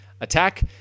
attack